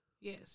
Yes